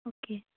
okay